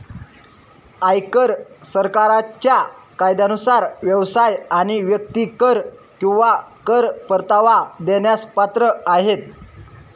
आयकर सरकारच्या कायद्यानुसार व्यवसाय आणि व्यक्ती कर किंवा कर परतावा देण्यास पात्र आहेत